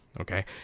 okay